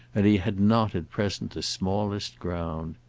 and he had not at present the smallest ground.